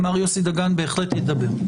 מר יוסי דגן בהחלט ידבר.